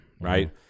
right